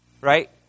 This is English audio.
right